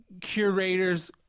curator's